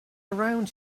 around